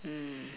mm